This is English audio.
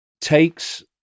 takes